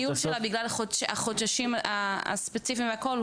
הניהול שלה בגלל החודשים הספציפיים והכל,